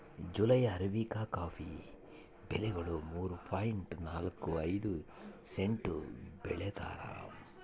July arabica coffee ಬೆಲೆಗಳು ಮೂರು point ನಾಲ್ಕು ಐದು ಸೆಂಟ್ಸ್ ಬೆಳೀತಾರ